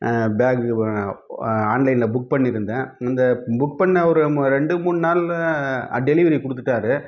bag ஆன்லைனில் book பண்ணியிருந்தேன் இந்த புக் பண்ண ஒரு ரெண்டு மூணு நாளில் டெலிவரி கொடுத்துட்டாரு